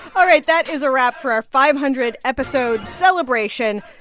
all right. that is a wrap for our five hundred episode celebration.